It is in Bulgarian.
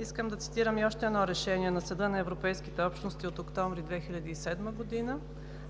Искам да цитирам още едно решение – на Съда на Европейските общности от месец октомври 2007 г.